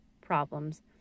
Problems